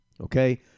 okay